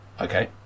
Okay